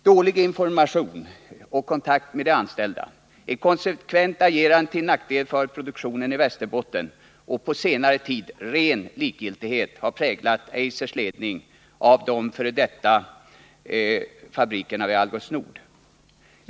Dålig information och dålig kontakt med de anställda, konsekvent agerande till nackdel för produktionen i Västerbotten och på senare tid ren likgiltighet har präglat Eisers ledning av fabrikerna vid f. d. Algots Nord.